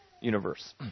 universe